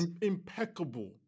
impeccable